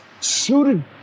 suited